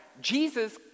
Jesus